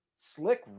Slick